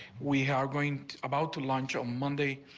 we are going to about to launch on monday.